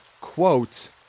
quote